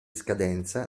scadenza